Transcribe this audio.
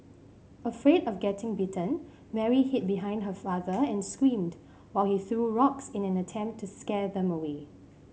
afraid of getting bitten Mary hid behind her father and screamed while he threw rocks in an attempt to scare them away